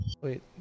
wait